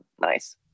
nice